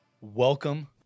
welcome